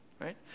Right